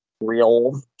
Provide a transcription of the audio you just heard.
real